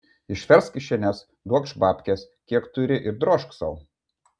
išversk kišenes duokš babkes kiek turi ir drožk sau